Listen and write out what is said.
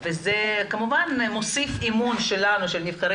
וזה כמובן מוסיף אמון שלנו של נבחרי